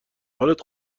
حالت